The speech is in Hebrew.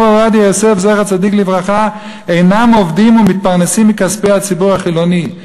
עובדיה יוסף זצ"ל אינם עובדים ומתפרנסים מכספי הציבור החילוני.